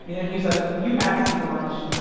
and he was like, you asked me to lunch.